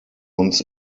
uns